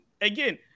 again